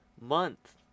month